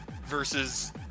versus